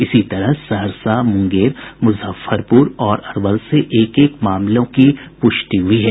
इसी तरह सहरसा मुंगेर मुजफ्फरपुर और अरवल से एक एक पॉजिटिव मामले की पुष्टि हुई है